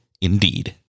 Indeed